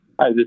Hi